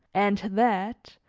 and that,